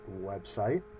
website